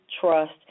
trust